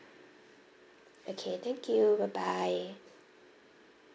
okay thank you bye bye